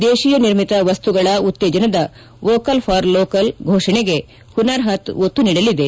ದೇಶಿಯ ನಿರ್ಮಿತ ವಸ್ತುಗಳ ಉತ್ತೇಜನದ ವೋಕಲ್ ಫಾರ್ ಲೋಕಲ್ ಘೋಷಣೆಗೆ ಹುನಾರ್ ಹಾತ್ ಒತ್ತು ನೀಡಲಿದೆ